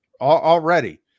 already